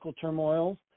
Turmoil